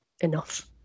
enough